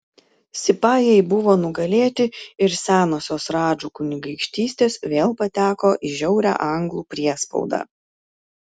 sipajai buvo nugalėti ir senosios radžų kunigaikštystės vėl pateko į žiaurią anglų priespaudą